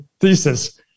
thesis